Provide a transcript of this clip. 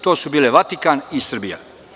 To su bile Vatikan i Srbija.